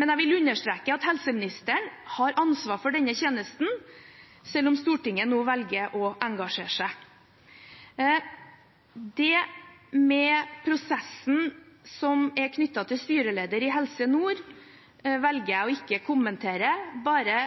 Men jeg vil understreke at helseministeren har ansvar for denne tjenesten, selv om Stortinget nå velger å engasjere seg. Det med prosessen som er knyttet til styreleder i Helse Nord, velger jeg ikke å kommentere, bare